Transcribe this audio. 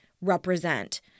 represent